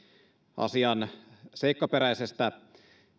asian seikkaperäisestä